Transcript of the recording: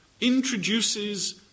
introduces